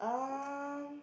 um